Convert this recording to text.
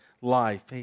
life